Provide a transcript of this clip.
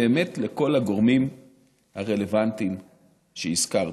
אמת לכל הגורמים הרלוונטיים שהזכרתי.